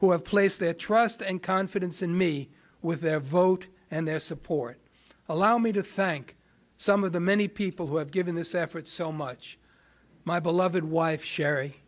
who have placed their trust and confidence in me with their vote and their support allow me to thank some of the many people who have given this effort so much my beloved wife sherry